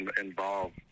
involved